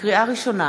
לקריאה ראשונה,